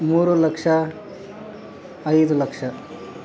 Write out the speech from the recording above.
ಮೂರು ಲಕ್ಷ ಐದು ಲಕ್ಷ